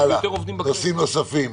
הלאה, נושאים נוספים.